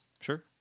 Sure